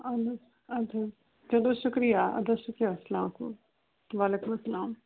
اَہَن حظ اَدٕ حظ چلو شُکریہ اَدٕ حظ شُکریہ اسلام علیکُم وعلیکُم اسلام